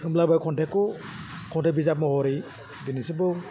होमब्लाबो खन्थाइखौ खन्थाइ बिजाब महरै दोनैसिमबो